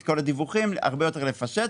את כל הדיווחים והרבה יותר לפשט.